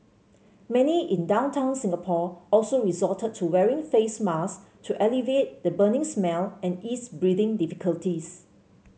many in downtown Singapore also resorted to wearing face masks to alleviate the burning smell and ease breathing difficulties